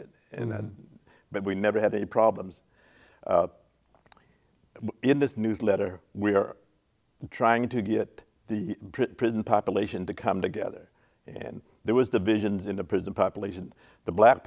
place but we never had any problems in this newsletter we are trying to get the prison population to come together and there was the billions in the prison population the black